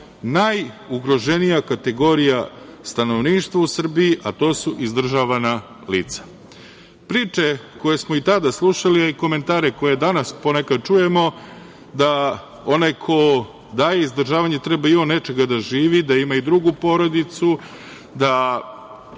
najugroženija kategorija stanovništva u Srbiji, a to su izdržavana lica. Priče koje smo i tada slušali, a i komentare koje danas ponekad čujemo, da onaj ko daje izdržavanje treba i on od nečega da živi, da ima i drugu porodicu, da